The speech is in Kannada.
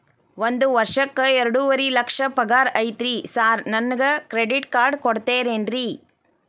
ಒಂದ್ ವರ್ಷಕ್ಕ ಎರಡುವರಿ ಲಕ್ಷ ಪಗಾರ ಐತ್ರಿ ಸಾರ್ ನನ್ಗ ಕ್ರೆಡಿಟ್ ಕಾರ್ಡ್ ಕೊಡ್ತೇರೆನ್ರಿ?